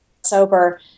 sober